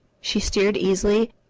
she steered easily,